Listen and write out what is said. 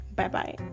Bye-bye